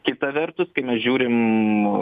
kita vertus kai mes žiūrim